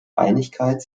einigkeit